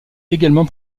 également